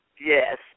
Yes